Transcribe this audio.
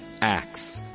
Acts